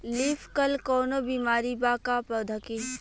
Leaf कल कौनो बीमारी बा का पौधा के?